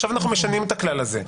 עכשיו אנחנו משנים את הכלל הזה,